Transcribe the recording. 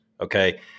Okay